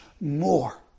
more